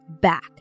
back